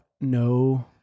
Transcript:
No